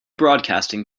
broadcasting